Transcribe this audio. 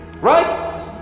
Right